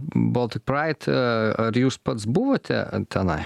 boltik praid ar jūs pats buvote a tenai